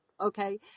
okay